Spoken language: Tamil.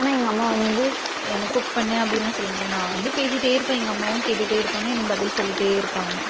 ஆனால் எங்கள் அம்மா வந்து என்னை குக் பண்ணு அப்படின்லாம் சொல்லமாட்டாங்க நான் வந்து பேசிகிட்டே இருப்பேன் எங்கள் அம்மாவும் கேட்டுகிட்டே இருப்பாங்க எனக்கு பதில் சொல்லிகிட்டே இருப்பாங்க